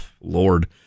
Lord